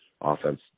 offense